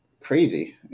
crazy